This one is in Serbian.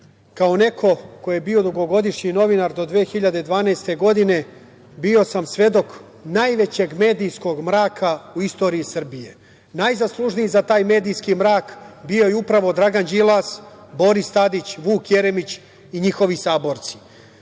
kao neko ko je bio dugogodišnji novinar do 2012. godine bio sam svedok najvećeg medijskog mraka u istoriji Srbije. Najzaslužniji za taj medijski mrak bio je upravo Dragan Đilas, Boris Tadić, Vuk Jeremić i njihovi saborci.